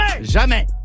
Jamais